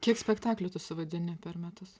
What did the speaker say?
kiek spektaklių suvaidini per metus